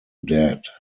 dead